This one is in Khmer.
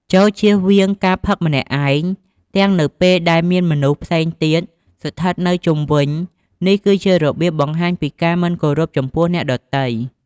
ចូលជៀសវាងការផឹកម្នាក់ឯង ទាំងនៅពេលដែលមានមនុស្សផ្សេងទៀតស្ថិតនៅជុំវិញ នេះគឺជារបៀបបង្ហាញពីការមិនគោរពចំពោះអ្នកដទៃ។